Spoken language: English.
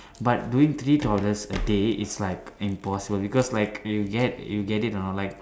but doing three toilets a day is like impossible because like you get you get it a not like